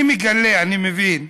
אני מגלה, אני מבין,